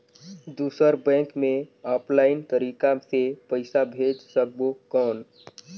दुसर बैंक मे ऑफलाइन तरीका से पइसा भेज सकबो कौन?